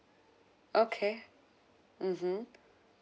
okay mmhmm